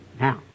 Now